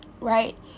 right